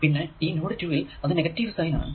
പിന്നെ ഈ നോഡ് 2 ൽ അത് നെഗറ്റീവ് സൈൻ ആണ്